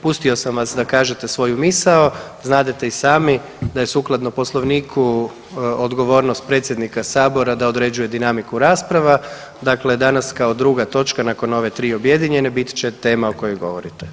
Pustio sam vas da kažete svoju misao, znadete i sami da je sukladno poslovniku odgovornost predsjednika sabora da određuje dinamiku rasprava, dakle danas kao druga točka nakon ove tri objedinjenje bit će tema o kojoj govorite.